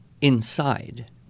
inside